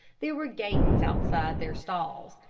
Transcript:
there were gates outside their stalls,